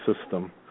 system